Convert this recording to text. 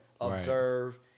observe